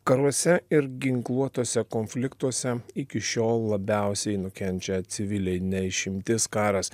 karuose ir ginkluotuose konfliktuose iki šiol labiausiai nukenčia civiliai ne išimtis karas